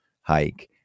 hike